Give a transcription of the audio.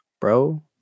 bro